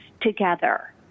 together